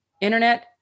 internet